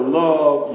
love